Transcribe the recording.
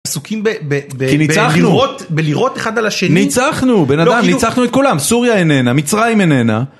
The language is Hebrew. עסוקים בלירות האחד על השני ... -כי ניצחנו. ניצחנו, בן אדם, ניצחנו את כולם. סוריה איננה, מצרים איננה